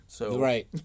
Right